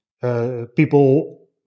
People